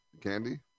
Candy